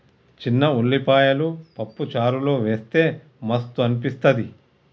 చిన్న ఉల్లిపాయలు పప్పు చారులో వేస్తె మస్తు అనిపిస్తది